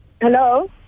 Hello